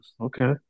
Okay